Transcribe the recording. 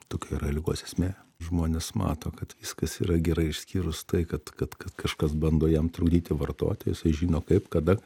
tokia yra ligos esmė žmonės mato kad viskas yra gerai išskyrus tai kad kad kad kažkas bando jam trukdyti vartoti jisai žino kaip kada